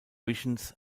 visions